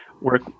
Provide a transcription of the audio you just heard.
work